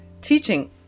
teaching